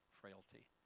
frailty